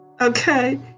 okay